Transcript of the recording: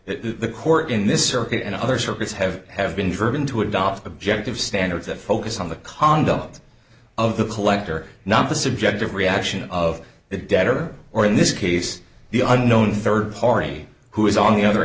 the court in this circuit and other circuits have have been driven to adopt objective standards that focus on the conduct of the collector not the subject of reaction of the debtor or in this case the unknown third party who is on the other